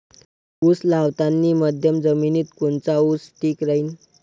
उस लावतानी मध्यम जमिनीत कोनचा ऊस ठीक राहीन?